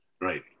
Right